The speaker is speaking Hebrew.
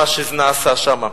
מה שנעשה שם,